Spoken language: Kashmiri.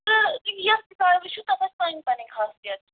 تہٕ یۅس تہِ جاے وُچھِو تَتھ آسہِ پَنٕنۍ پَنٕنۍ خٲصِیَت